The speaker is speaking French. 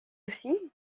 aussi